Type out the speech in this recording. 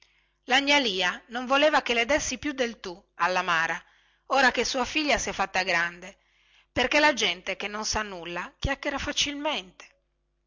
lia non voleva che le dessi più del tu alla mara ora che sua figlia si è fatta grande perchè la gente che non sa nulla chiacchiera facilmente